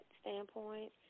standpoint